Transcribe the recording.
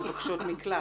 מבקשות מקלט.